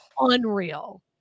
unreal